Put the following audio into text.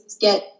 get